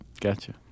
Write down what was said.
Gotcha